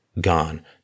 gone